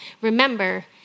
Remember